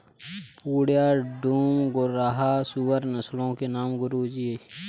पूर्णिया, डूम, घुर्राह सूअर नस्लों के नाम है गुरु जी